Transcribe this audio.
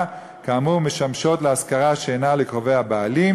כאמור משמשות להשכרה שאינה לקרובי הבעלים,